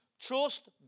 trust